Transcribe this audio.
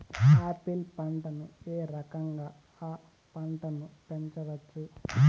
Apple పంటను ఏ రకంగా అ పంట ను పెంచవచ్చు?